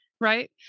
right